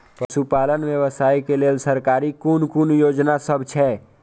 पशु पालन व्यवसाय के लेल सरकारी कुन कुन योजना सब छै?